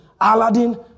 Aladdin